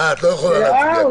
ההסתייגות לא עברה.